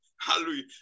Hallelujah